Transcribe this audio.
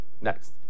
Next